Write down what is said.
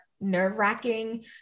nerve-wracking